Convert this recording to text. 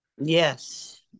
Yes